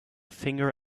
finger